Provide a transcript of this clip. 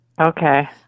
okay